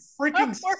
freaking